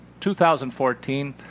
2014